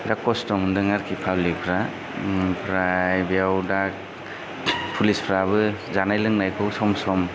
बिराद खस्थ' मोनदों आरोखि पाब्लिक फ्रा आमफ्राय बेयावदा पुलिस फ्राबो जानाय लोंनायखौ सम सम